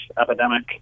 epidemic